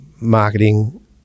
marketing